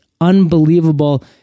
unbelievable